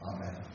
Amen